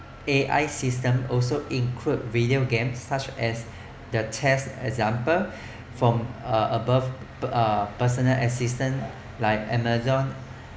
A_I system also includes video games such as the test example form uh above a personal assistant like Amazon